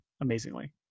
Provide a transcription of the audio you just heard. amazingly